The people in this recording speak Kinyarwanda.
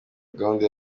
gahunda